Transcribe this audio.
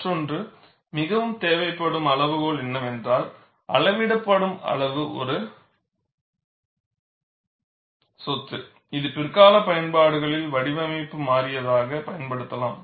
மற்றொன்று மிகவும் தேவைப்படும் அளவுகோல் என்னவென்றால் அளவிடப்படும் அளவு ஒரு சொத்து இது பிற்கால பயன்பாடுகளில் வடிவமைப்பு மாறியாக பயன்படுத்தப்படலாம்